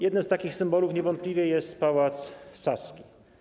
Jednym z takich symbolów niewątpliwie jest Pałac Saski.